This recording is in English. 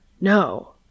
No